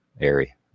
Airy